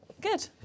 Good